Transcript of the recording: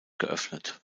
geöffnet